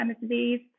disease